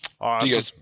Awesome